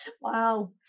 wow